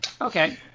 okay